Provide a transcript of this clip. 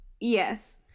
yes